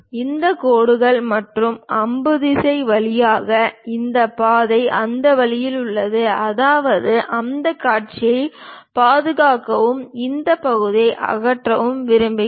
இந்த கோடுகள் மற்றும் அம்பு திசை வழியாக இந்த பாதை அந்த வழியில் உள்ளது அதாவது அந்தக் காட்சியைப் பாதுகாக்கவும் இந்த பகுதியை அகற்றவும் விரும்புகிறோம்